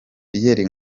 pierre